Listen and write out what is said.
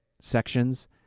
sections